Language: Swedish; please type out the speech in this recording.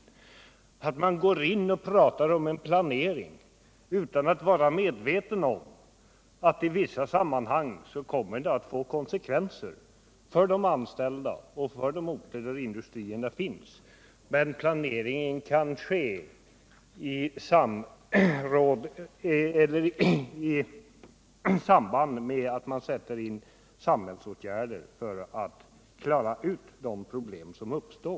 Mot den bakgrunden måste Nils Åsling inse att vi inte är så blåögda att vi pratar om en planering utan att vara medvetna om att den i vissa sammanhang kommer att få konsekvenser för de anställda och de orter där industrierna finns. Men planeringen kan göras i samband med att man sätter in samhällsåtgärder för att klara ut de problem som uppstår.